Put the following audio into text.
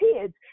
kids